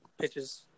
pitches